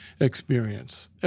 experience